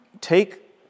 take